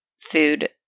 food